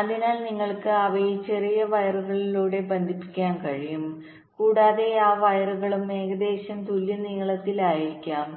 അതിനാൽ നിങ്ങൾക്ക് അവയെ ചെറിയ വയറുകളിലൂടെ ബന്ധിപ്പിക്കാൻ കഴിയും കൂടാതെ ആ വയറുകളും ഏകദേശം തുല്യ നീളത്തിൽ ആയിരിക്കണം